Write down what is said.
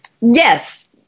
yes